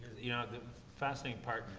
you know, the fascinating part,